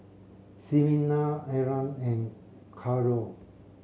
Ximena Erland and Carrol